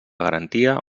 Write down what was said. garantia